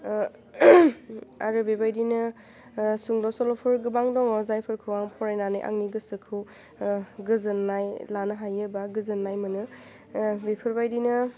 आरो बेबायदिनो सुंद' सल'फोर गोबां दङ जायफोरखौ आं फरायनानै आंनि गोसोखौ गोजोन्नाय लानो हायो बा गोजोन्नाय मोनो बेफोरबायदिनो